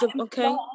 Okay